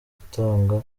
gutanga